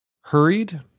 hurried